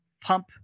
pump